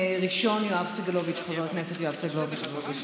ראשון, חבר הכנסת יואב סגלוביץ',